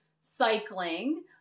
cycling